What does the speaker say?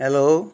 hello